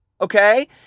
okay